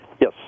Yes